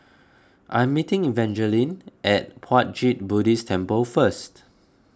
I am meeting Evangeline at Puat Jit Buddhist Temple first